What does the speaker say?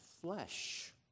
flesh